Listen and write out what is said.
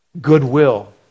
goodwill